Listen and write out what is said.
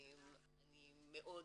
אני מאוד